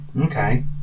okay